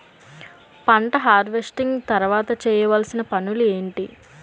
పంట హార్వెస్టింగ్ తర్వాత చేయవలసిన పనులు ఏంటి?